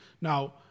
Now